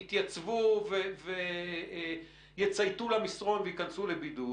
יתייצבו, יצייתו וייכנסו לבידוד.